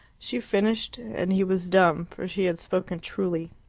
she finished and he was dumb, for she had spoken truly.